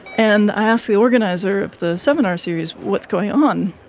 and i ask the organiser of the seminar series, what's going on?